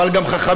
אבל גם חכמים,